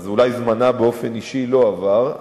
אולי זמנה באופן אישי לא עבר,